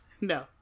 No